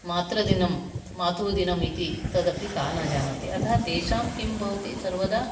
मातृदिनं मातुः दिनम् इति तदपि सा न जानाति अतः तेषां किं भवति सर्वदा